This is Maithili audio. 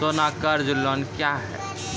सोना कर्ज लोन क्या हैं?